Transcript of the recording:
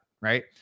Right